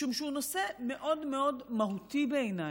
משום שהוא נושא מאוד מאוד מהותי בעיניי,